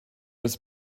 his